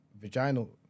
vaginal